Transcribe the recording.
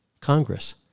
Congress